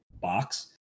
box